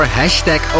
hashtag